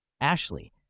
Ashley